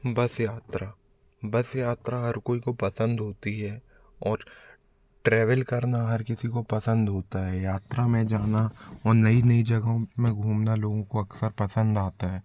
बस यात्रा बस यात्रा हर कोई को पसंद होती हैं और ट्रेवेल करना हर किसी को पसंद होता है यात्रा में जाना और नई नई जगहों में घूमना लोगों को अक्सर पसंद आता है